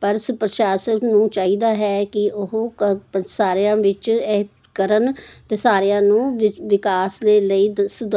ਪਰ ਸ ਪ੍ਰਸ਼ਾਸਨ ਨੂੰ ਚਾਹੀਦਾ ਹੈ ਕਿ ਉਹ ਕ ਸਾਰਿਆਂ ਵਿੱਚ ਇਹ ਕਰਨ ਅਤੇ ਸਾਰਿਆਂ ਨੂੰ ਵਿ ਵਿਕਾਸ ਦੇ ਲਈ